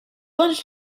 lunch